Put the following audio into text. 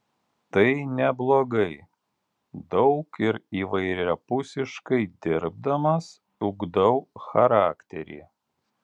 tai neblogai daug ir įvairiapusiškai dirbdamas ugdau charakterį